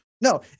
No